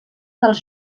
dels